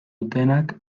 dutenak